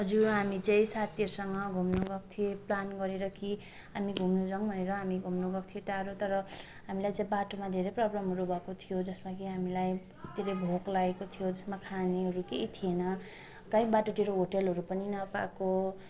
हजुर हामीहरू चाहिँ साथीहरूसँग घुम्नु गएको थियौँ प्लान गरेर कि हामी घुम्नु जाऊँ भनेर हामी घुम्नु गएको थियौँ टाढो तर हामीलाई बाटोमा चाहिँ धेरै प्रोब्लमहरू भएको थियो जसमा कि हामीलाई धेरै भोक लागेको थियो जसमा खानेहरू केही थिएन कहीँ बाटोतिर होटलहरू पनि नपाएको